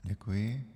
Děkuji.